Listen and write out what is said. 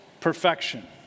perfection